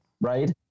right